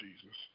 Jesus